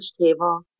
table